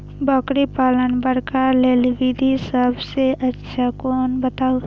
बकरी पालन करबाक लेल विधि सबसँ अच्छा कोन बताउ?